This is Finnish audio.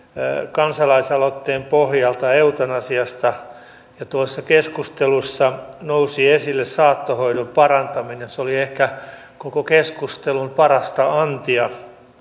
kansalaisaloitteen pohjalta eutanasiasta ja tuossa keskustelussa nousi esille saattohoidon parantaminen se oli ehkä koko keskustelun parasta antia